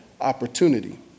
opportunity